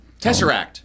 Tesseract